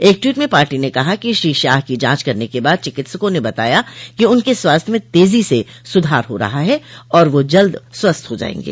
एक टवीट में पार्टी ने कहा कि श्री शाह की जांच करने के बाद चिकित्सकों ने बताया कि उनके स्वास्थ्य में तेजो से सुधार हो रहा है और वह जल्द स्वस्थ हो जाएंगे